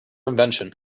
invention